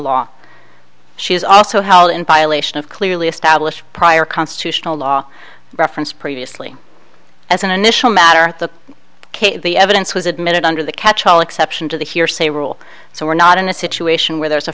law she is also held in violation of clearly established prior constitutional law reference previously as an initial matter at the ok the evidence was admitted under the catchall exception to the hearsay rule so we're not in a situation where there is a